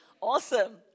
Awesome